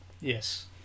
Yes